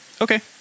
Okay